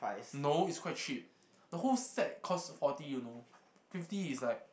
no it's quite cheap the whole set cost forty you know fifty is like